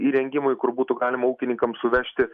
įrengimui kur būtų galima ūkininkam suvežti